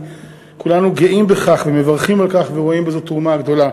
כולנו גאים בכך ומברכים על כך ורואים בזה תרומה גדולה.